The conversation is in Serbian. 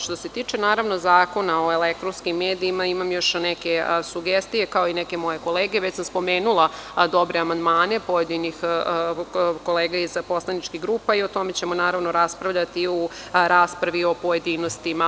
Što se tiče Zakona o elektronskim medijima, imam još neke sugestije, kao i neke moje kolege već sam spomenula dobre amandmane pojedinih kolega iz poslaničkih grupa i o tome ćemo raspravljati u raspravi o pojedinostima.